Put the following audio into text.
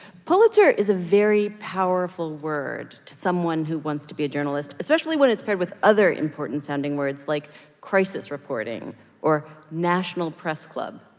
pulitzer is a very powerful word to someone who wants to be a journalist, especially when it's paired with other important-sounding words like crisis reporting or national press club.